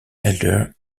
elder